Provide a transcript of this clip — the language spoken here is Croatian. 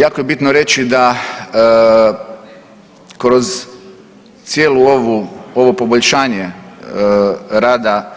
Jako je bitno reći da kroz cijelu ovu, ovo poboljšanje rada,